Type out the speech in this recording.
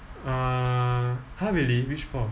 uh !huh! really which prof